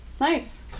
nice